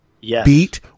beat